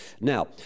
Now